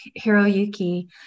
Hiroyuki